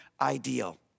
ideal